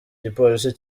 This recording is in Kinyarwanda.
igipolisi